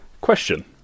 question